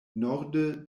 norde